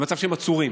במצב שהם עצורים.